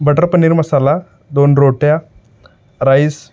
butter paneer masala दोन रोट्या rice